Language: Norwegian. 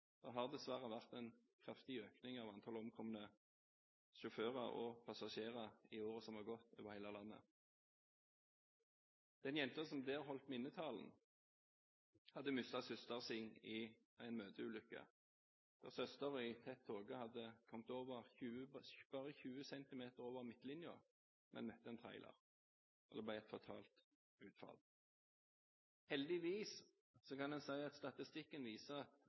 Det har dessverre vært en kraftig økning i antall omkomne sjåfører og passasjerer i året som har gått, over hele landet. Den jenta som holdt minnetalen, hadde mistet søsteren sin i en møteulykke da søsteren i tett tåke hadde kommet bare 20 centimeter over midtlinjen og møtt en trailer. Det ble et fatalt utfall. Heldigvis har ikke statistikken vist noen markert endring når det gjelder trailerulykker. Det er ingen trøst at